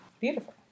Beautiful